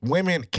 Women